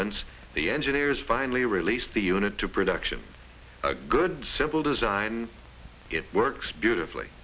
ments the engineers finally released the unit to production a good simple design it works beautifully